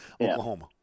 Oklahoma